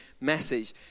message